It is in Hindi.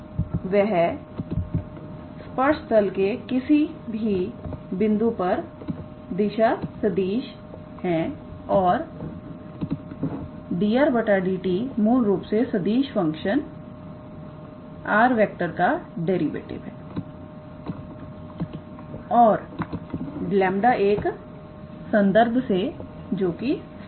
और वह स्पर्श तल के किसी भी बिंदु पर दिशा सदिश है और d𝑟⃗dt मूल रूप से सदिश फंक्शन 𝑟⃗ का डेरिवेटिव है t और 𝜆 के संदर्भ से जोकि स्थाई है